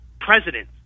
president